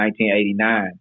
1989